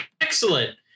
excellent